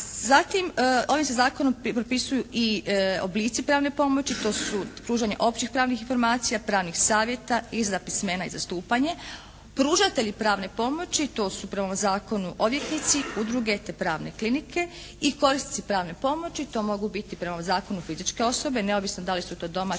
Zatim ovim se zakonom propisuju i oblici pravne pomoći. To su pružanje općih pravnih informacija, pravnih savjeta i za pismena i za zastupanje. Pružatelji pravne pomoći to su prema zakonu odvjetnici, udruge te pravne klinike i korisnici pravne pomoći. To mogu biti prema zakonu fizičke osobe, neovisno da li su to domaći,